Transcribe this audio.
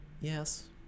Yes